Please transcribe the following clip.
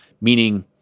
Meaning